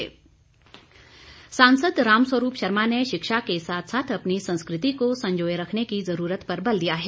रामस्वरूप सांसद रामस्वरूप शर्मा ने शिक्षा के साथ साथ अपनी संस्कृति को संजोए रखने की जरूरत पर बल दिया है